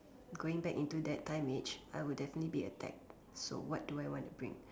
going back into that time age I would definitely be attacked so what do I want to bring